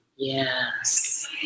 Yes